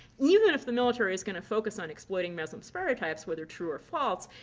even if the military is going to focus on exploiting muslim stereotypes, whether true or false,